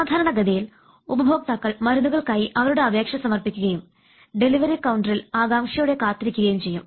സാധാരണഗതിയിൽ ഉപഭോക്താക്കൾ മരുന്നുകൾക്കായി അവരുടെ അപേക്ഷ സമർപ്പിക്കുകയും ഡെലിവറി കൌണ്ടറിൽ ആകാംക്ഷയോടെ കാത്തിരിക്കുകയും ചെയ്യും